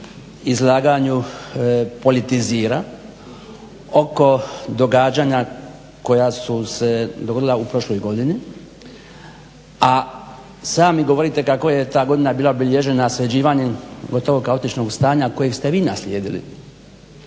izlaganju politizira oko događanja koja su se dogodila u prošloj godini a sami govorite kako je ta godina bila bilježena sređivanjem gotovo kaotičnog stanja kojeg ste vi naslijedili